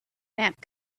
map